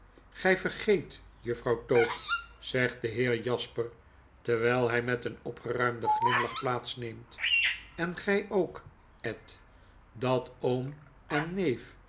gy vergeet juffrouw tope zegt de heer jasper terwyl hy met een opgeruimden glimlach plaats neemt en gy ook ed dat oom en